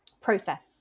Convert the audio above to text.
process